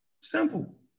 simple